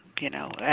you know,